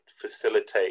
facilitate